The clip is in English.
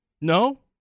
No